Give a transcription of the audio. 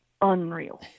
unreal